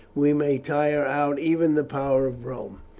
we may tire out even the power of rome.